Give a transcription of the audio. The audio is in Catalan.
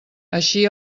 així